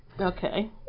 Okay